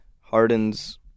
Harden's –